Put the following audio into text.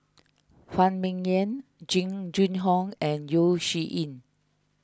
Phan Ming Yen Jing Jun Hong and Yeo Shih Yun